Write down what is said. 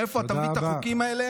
מאיפה אתה מביא את החוקים האלה,